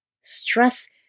Stress